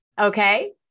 okay